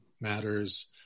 Matters